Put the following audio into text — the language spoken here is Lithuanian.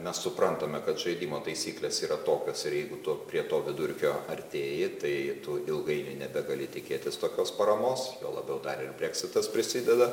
mes suprantame kad žaidimo taisyklės yra tokios ir jeigu tu prie to vidurkio artėji tai tu ilgainiui nebegali tikėtis tokios paramos juo labiau dar ir breksitas prisideda